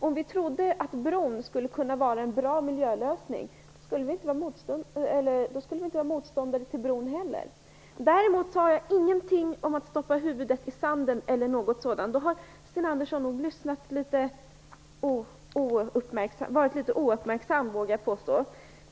Om vi trodde att bron skulle kunna vara en bra miljölösning skulle vi inte vara motståndare till bron heller. Däremot sade jag ingenting om att stoppa huvudet i sanden eller något sådant. Jag vågar nog påstå att Sten Andersson har varit litet ouppmärksam.